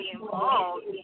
involved